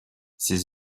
ces